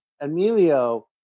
Emilio